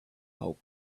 hold